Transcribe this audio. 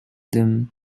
them